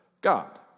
God